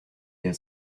der